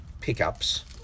pickups